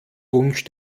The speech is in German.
wunsch